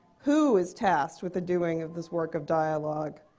who is tasked with the doing of this work of dialogue?